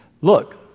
Look